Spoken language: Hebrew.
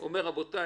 הוא אומר: רבותיי,